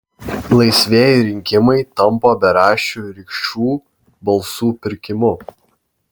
laisvieji rinkimai tampa beraščių rikšų balsų pirkimu